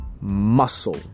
muscle